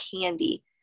candy